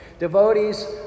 Devotees